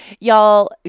Y'all